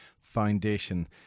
Foundation